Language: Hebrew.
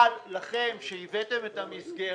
אבל לכם שהבאתם את המסגרת,